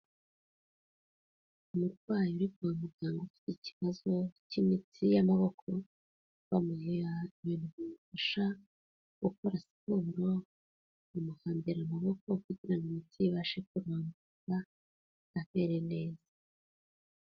Umurwayi uri kwa muganga ufite ikibazo cy'imitsi y'amaboko, bamuha ibintu bimufasha gukora siporo, bamuhambira amaboko kugira ngo imitsi ye ibashe kurambuka amere neza.